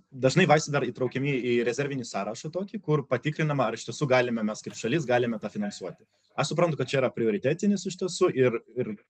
dažnai vaistai dar įtraukiami į rezervinį sąrašą tokį kur patikrinama ar iš tiesų galime mes kaip šalis galime tą finansuoti aš suprantu kad čia yra prioritetinis iš tiesų ir ir